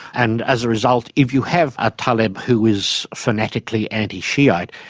and as a result, if you have a talib who is fanatically anti-shiite,